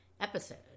episode